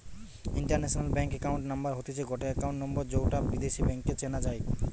international bank account number হতিছে গটে account number যৌটা বিদেশী ব্যাংকে চেনা যাই